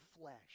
flesh